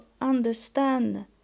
understand